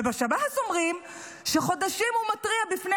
ובשב"ס אומרים שחודשים הם מתריעים בפני